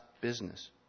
business